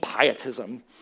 pietism